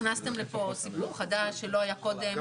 הכנסתם לפה סיפור חדש שלא היה קודם.